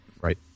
right